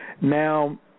Now